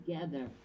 together